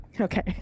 Okay